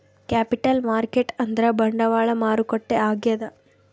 capital market ಅಂದ್ರ ಬಂಡವಾಳ ಮಾರುಕಟ್ಟೆ ಆಗ್ಯಾದ